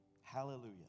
Hallelujah